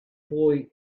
boy